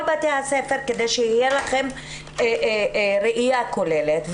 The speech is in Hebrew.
בתי הספר מכל בתי הספר כדי שתהיה לכם ראייה כוללת,